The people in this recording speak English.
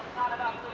not about